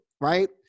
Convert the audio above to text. right